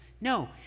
No